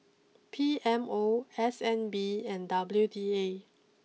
P M O S N B and W D A